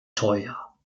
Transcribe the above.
teuer